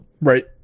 Right